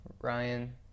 Ryan